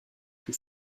que